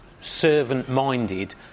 servant-minded